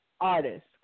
artist